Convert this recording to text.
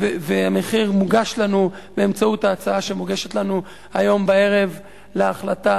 והמחיר מוגש לנו באמצעות ההצעה שמוגשת לנו הערב להחלטה.